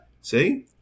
See